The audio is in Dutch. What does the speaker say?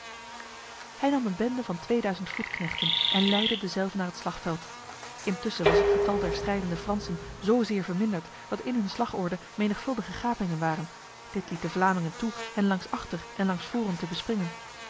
hij nam een bende van tweeduizend voetknechten en leidde dezelve naar het slagveld intussen was het getal der strijdende fransen zozeer verminderd dat in hun slagorde menigvuldige gapingen waren dit liet de vlamingen toe hen langs achter en langs voren te bespringen